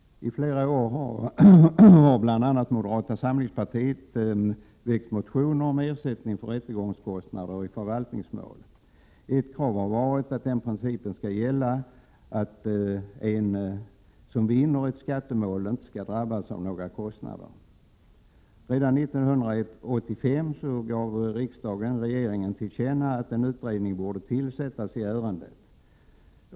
I flera år har bl.a. från moderata samlingspartiet väckts motioner om ersättning för rättegångskostnader i förvaltningsmål. Ett krav har varit att principen om att den som vinner ett skattemål inte skall drabbas av några kostnader skall gälla. Redan 1985 gav riksdagen regeringen till känna att en utredning borde tillsättas i ärendet.